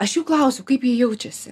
aš jų klausiu kaip jie jaučiasi